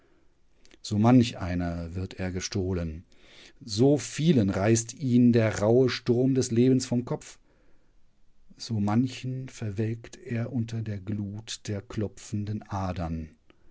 so manch einer wird er gestohlen so vielen reißt ihn der rauhe sturm des lebens vom kopf so manchen verwelkt er unter der glut der klopfenden adern